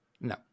No